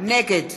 נגד